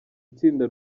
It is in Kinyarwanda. itsinda